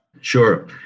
Sure